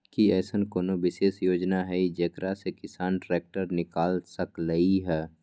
कि अईसन कोनो विशेष योजना हई जेकरा से किसान ट्रैक्टर निकाल सकलई ह?